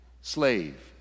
slave